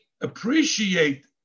appreciate